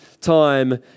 time